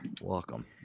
welcome